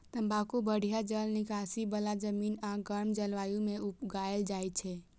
तंबाकू बढ़िया जल निकासी बला जमीन आ गर्म जलवायु मे उगायल जाइ छै